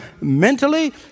mentally